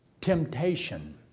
temptation